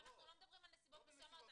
פה אנחנו לא מדברים על נסיבות מסוימות.